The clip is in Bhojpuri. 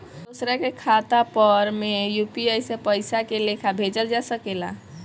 दोसरा के खाता पर में यू.पी.आई से पइसा के लेखाँ भेजल जा सके ला?